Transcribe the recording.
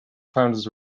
founders